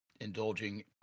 indulging